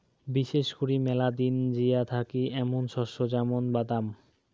বিশেষ করি মেলা দিন জিয়া থাকি এ্যামুন শস্য য্যামুন বাদাম